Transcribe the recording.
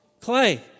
Clay